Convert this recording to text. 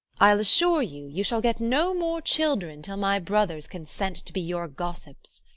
i ll assure you, you shall get no more children till my brothers consent to be your gossips.